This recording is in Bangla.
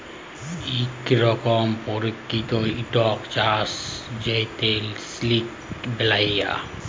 ইক রকমের পারকিতিক ইকট চাষ যেটতে সিলক বেলায়